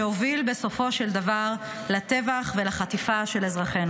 שהוביל בסופו של דבר לטבח ולחטיפה של אזרחינו.